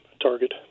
target